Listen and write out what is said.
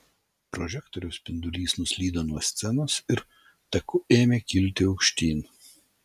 prožektoriaus spindulys nuslydo nuo scenos ir taku ėmė kilti aukštyn